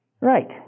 Right